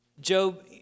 Job